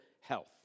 health